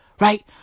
right